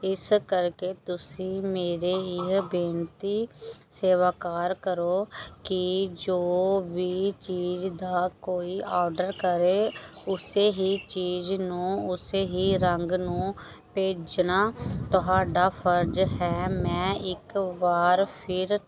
ਇਸ ਕਰਕੇ ਤੁਸੀਂ ਮੇਰੇ ਇਹ ਬੇਨਤੀ ਸਵੀਕਾਰ ਕਰੋ ਕਿ ਜੋ ਵੀ ਚੀਜ਼ ਦਾ ਕੋਈ ਔਡਰ ਕਰੇ ਉਸ ਹੀ ਚੀਜ਼ ਨੂੰ ਉਸ ਹੀ ਰੰਗ ਨੂੰ ਭੇਜਣਾ ਤੁਹਾਡਾ ਫਰਜ਼ ਹੈ ਮੈਂ ਇੱਕ ਵਾਰ ਫਿਰ